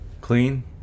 Clean